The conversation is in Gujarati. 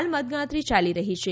હાલ મતગણતરી ચાલી રહી છે